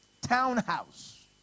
townhouse